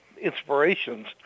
inspirations